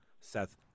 seth